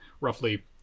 roughly